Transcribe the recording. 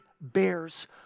bears